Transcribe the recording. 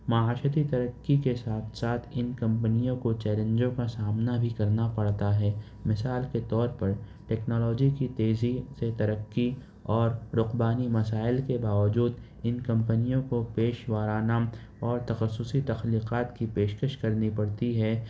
معاشرتی ترقی کے ساتھ ساتھ ان کمپنیوں کو چیلنجوں کا سامنا بھی کرنا پڑتا ہے مثال کے طور پر ٹیکنالوجی کی تیزی سے ترقی اور رقبانی مسائل کے باوجود ان کمپنیوں کو پیش وارانہ اور تخصصی تخلیقات کی پیشکش کرنی پڑتی ہے